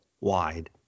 wide